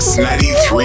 93